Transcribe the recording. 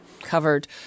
covered